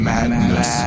Madness